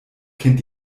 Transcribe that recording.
kennt